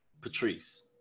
Patrice